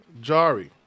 Jari